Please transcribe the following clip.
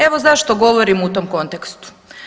Evo zašto govorim u tom kontekstu.